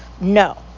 no